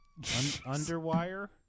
Underwire